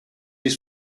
his